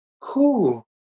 Cool